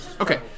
Okay